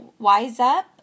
WiseUp